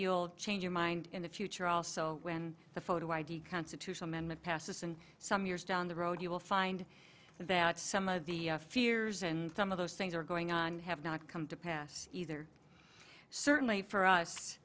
you'll change your mind in the future also when the photo id constitution amendment passes and some years down the road you will find that some of the fears and some of those things are going on have not come to pass either certainly for us